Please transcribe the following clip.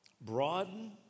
broaden